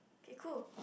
okay cool